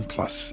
Plus